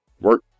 Work